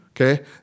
okay